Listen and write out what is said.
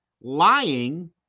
lying